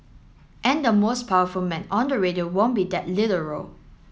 and the most powerful man on the radio won't be that literal